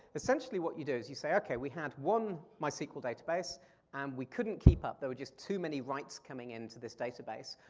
essentially what you do is you say okay, we had one mysql database and we couldn't keep up, there were just too many writes coming into this database.